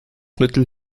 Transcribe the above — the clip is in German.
mittel